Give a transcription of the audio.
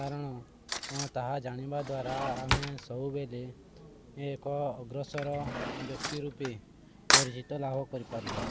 କାରଣ ତାହା ଜାଣିବା ଦ୍ୱାରା ଆମେ ସବୁବେଳେ ଏକ ଅଗ୍ରସର ବ୍ୟକ୍ତି ରୂପେ ପରିଚିତ ଲାଭ କରିପାରିବା